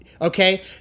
Okay